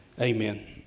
Amen